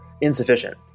insufficient